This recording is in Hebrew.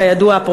כידוע,